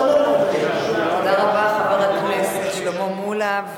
תודה רבה, חבר הכנסת שלמה מולה.